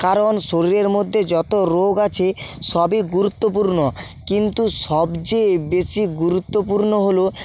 কারণ শরীরের মধ্যে যত রোগ আছে সবই গুরুত্বপূর্ণ কিন্তু সবচেয়ে বেশি গুরুত্বপূর্ণ হলো